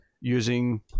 using